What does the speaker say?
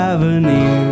Avenue